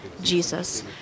Jesus